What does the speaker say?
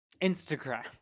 Instagram